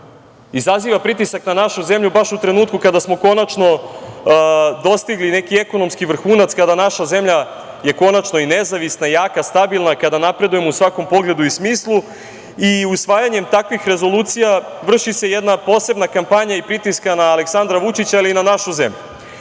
izaziva pritisak na našu zemlju baš u trenutku kada smo konačno dostigli neki ekonomski vrhunac kada je naša zemlja konačno nezavisna i jaka, stabilna i kada napredujemo u svakom pogledu i smislu. Usvajanjem takvih rezolucija vrši se jedna posebna kampanja i pritisak na Aleksandra Vučića, ali i na našu zemlju.